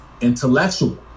Intellectual